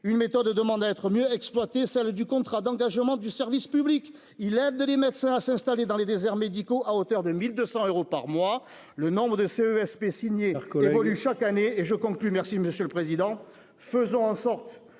une méthode demandent à être mieux exploiter celle du contrat d'engagement du service public, il aide les médecins à s'installer dans les déserts médicaux à hauteur de 1200 euros par mois, le nombre des CESP recolle évolue chaque année et je conclus, merci Monsieur le Président, faisons en sorte,